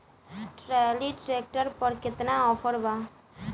Trolley tractor पर केतना offer बा?